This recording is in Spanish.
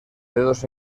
dedos